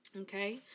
Okay